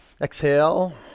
exhale